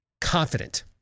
confident